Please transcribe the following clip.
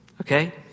okay